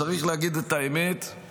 צריך להגיד את האמת,